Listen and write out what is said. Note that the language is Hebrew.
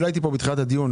לא הייתי כאן בתחילת הדיון.